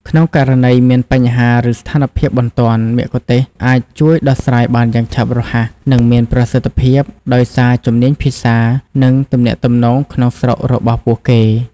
ក្នុងករណីមាន បញ្ហា ឬស្ថានភាពបន្ទាន់ មគ្គុទ្ទេសក៍អាចជួយដោះស្រាយបានយ៉ាងឆាប់រហ័ស និងមានប្រសិទ្ធភាព ដោយសារជំនាញភាសា និងទំនាក់ទំនងក្នុងស្រុករបស់ពួកគេ។